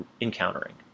encountering